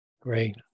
Great